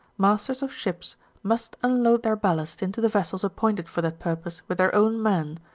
masters of ships must unload their ballast into the vessels appointed for that purpose with their own men,